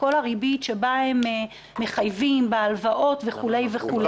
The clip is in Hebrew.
כל הריבית שבה הם מחייבים בהלוואות וכו' וכו'.